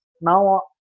Now